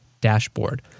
dashboard